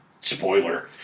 Spoiler